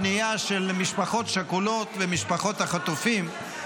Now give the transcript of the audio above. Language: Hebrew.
בעקבות פנייה של משפחות שכולות ומשפחות החטופים,